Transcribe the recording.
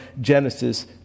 Genesis